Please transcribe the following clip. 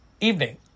evening